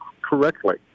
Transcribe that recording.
correctly